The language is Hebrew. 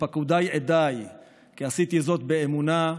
ופקודיי עדיי כי עשיתי זאת באמונה,